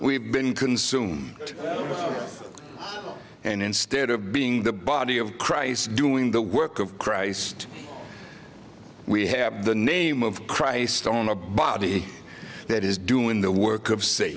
we've been consume and instead of being the body of christ doing the work of christ we have the name of christ on a body that is doing the work